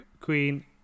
Queen